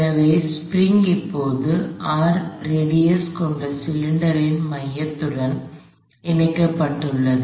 எனவே ஸ்பிரிங் இப்போது R radius கொண்ட சிலிண்டரின் மையத்துடன் இணைக்கப்பட்டுள்ளது